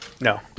No